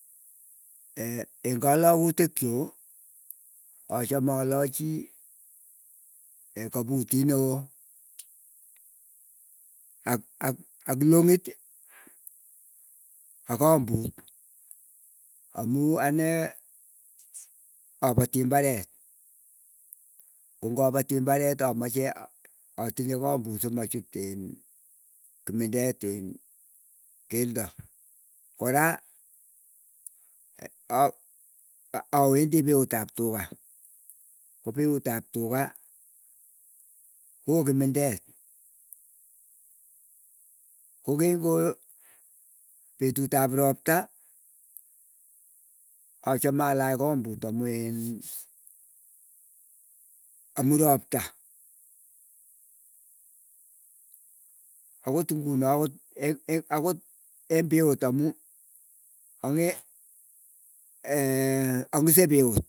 eng kalagutik chuu achame alachi kaaputit neo ak ak ak long'iti ak kambut. Amuu anee apatii imbaret, kongapatii imbaret amache atinye kambut simachut iin, kimindet iin keldo. Kora awendii piut ap tuga ko piut ap tuga koo kimindet, kokiko petut ap ropta achame alaach kambut amu iin amu ropta. Akot inguno eng piut amuu ang'e ang'ise piut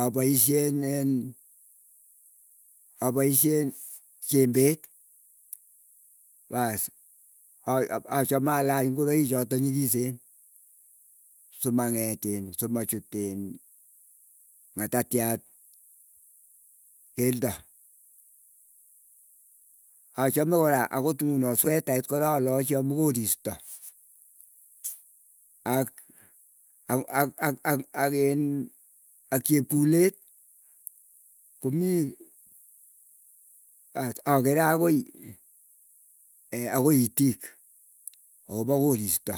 apaisyein apaisyen chembet baas achame alach ingoroi choto nyikisen simang'etin simachut ng'atatiat keldo. Achame kora akot ingunoo swetait kora alachi amuu koristo ak akin ak chekule komii as akere akoin akouitik akopo kosistpo.